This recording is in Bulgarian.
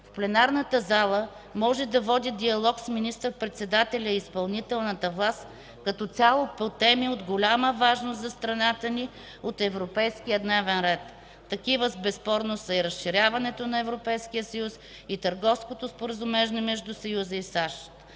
пленарната зала може да води диалог с министър-председателя и изпълнителната власт като цяло по теми от голяма важност за страната ни от европейския дневен ред. Такива безспорно са и разширяването на Европейския съюз, и Търговското споразумение между Съюза и САЩ.